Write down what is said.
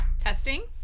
Testing